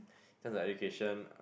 in terms of education